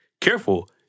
Careful